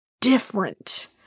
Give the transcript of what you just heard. different